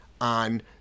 on